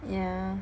yeah